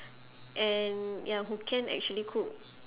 and ya who can actually cook